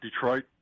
Detroit